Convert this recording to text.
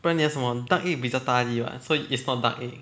不然你要什么 duck egg 比较大粒 [what] so it's not duck egg